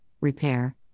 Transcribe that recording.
repair